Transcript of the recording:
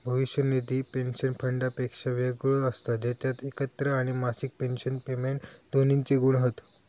भविष्य निधी पेंशन फंडापेक्षा वेगळो असता जेच्यात एकत्र आणि मासिक पेंशन पेमेंट दोन्हिंचे गुण हत